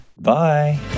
Bye